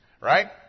right